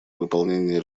выполнения